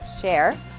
Share